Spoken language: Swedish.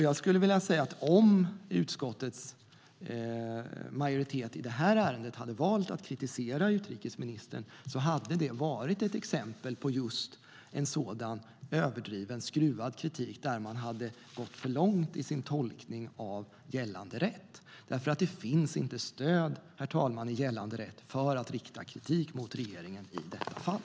Jag skulle vilja säga att om utskottets majoritet i detta fall hade valt att kritisera utrikesministern hade det varit ett exempel på just en sådan överdriven och skruvad kritik där man hade gått för långt i sin tolkning av gällande rätt, därför att det inte finns stöd i gällande rätt för att rikta kritik mot regeringen i detta fall.